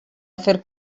afer